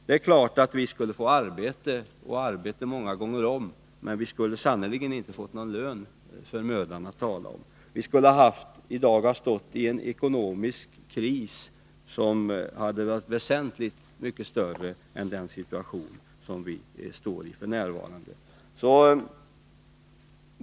Det är klart att vi skulle få arbete, många gånger om, men vi skulle sannerligen inte få någon lön för mödan att tala om. Vi skulle i dag ha befunnit oss i en ekonomisk kris, som hade varit väsentligt mycket större än i den situation vi befinner oss i f. n.